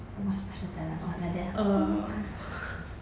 what special talent oh like that ah !woo!